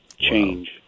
change